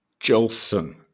Jolson